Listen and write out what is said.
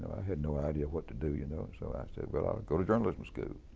had no idea what to do, you know. so i said but i'll go to journalism school.